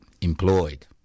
employed